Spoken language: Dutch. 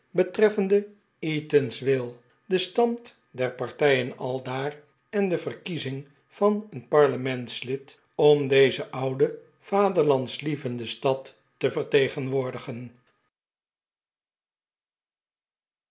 betreffende eatanswill den stand der partijen aldaar en de verkiezing van een parlementslid om deze oude vaderlandslievende stad te vertegenwoordigen